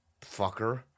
fucker